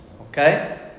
Okay